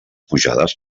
pujades